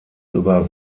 über